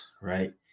right